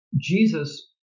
Jesus